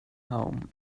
home